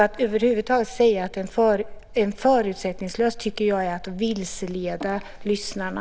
Att över huvud taget säga att det är förutsättningslöst tycker jag är att vilseleda lyssnarna.